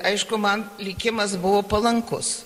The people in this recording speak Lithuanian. aišku man likimas buvo palankus